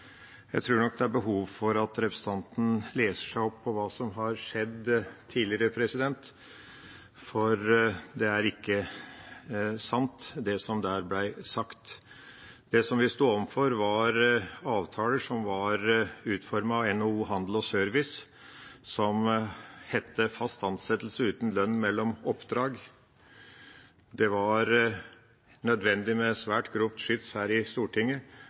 Jeg tror nok det er behov for at representanten leser seg opp på hva som har skjedd tidligere, for det er ikke sant, det som der ble sagt. Det vi sto overfor, var avtaler som var utformet av NHO Service og Handel, som het «fast ansettelse uten lønn mellom oppdrag». Det var nødvendig med svært grovt skyts her i Stortinget